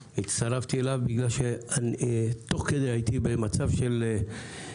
והצטרפתי אליו בגלל שתוך כדי הייתי במצב של דיונים,